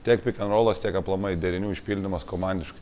tiek pikenrolas tiek aplamai derinių išpildymas komandiškai